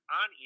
on